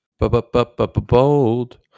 Bold